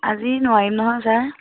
আজি নোৱাৰিম নহয় ছাৰ